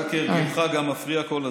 גם מפריע כל הזמן.